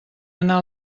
anar